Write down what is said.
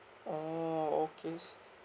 oh okay